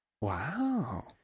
Wow